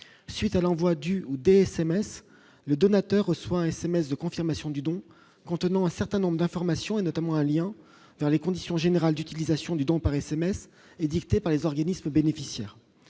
suite à l'envoi du ou des SMS, le donateur reçoit un SMS de confirmation du don contenant un certain nombre d'informations et notamment un lien vers les conditions générales d'utilisation du don par SMS édictées par les organismes bénéficiaires